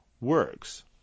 works